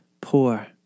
poor